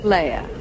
Leia